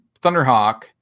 Thunderhawk